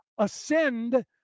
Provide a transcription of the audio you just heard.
Ascend